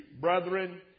brethren